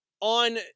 on